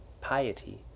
Piety